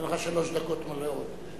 אני נותן לך שלוש דקות מלאות.